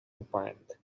opined